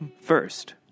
first